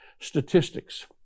statistics